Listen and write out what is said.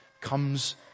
comes